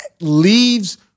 leaves